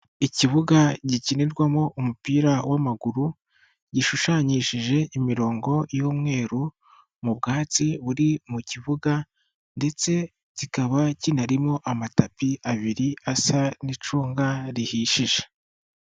Ikibuga gikinirwamo umupira w'amaguru gishushanyishije imirongo y'umweru, mu bwatsi buri mu kibuga ndetse kikaba kinarimo amatapi abiri asa n'icunga rihishije.